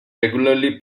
regularly